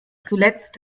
zuletzt